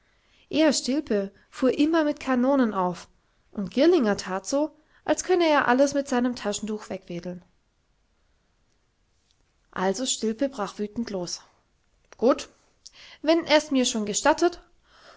er stilpe fuhr immer mit kanonen auf und girlinger that so als könne er alles mit seinem taschentuch wegwedeln also stilpe brach wütend los gut wenn er mir's schon gestattet